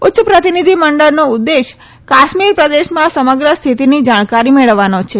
ઉચ્ય પ્રતિનિધિમંડળનો ઉદ્દેશ્ય કાશ્મીર પ્રદેશમાં સમગ્ર સ્થિતિની જાણકારી મેળવવાનો છે